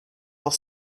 pour